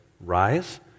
rise